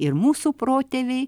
ir mūsų protėviai